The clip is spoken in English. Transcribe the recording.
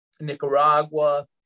Nicaragua